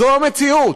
זו המציאות.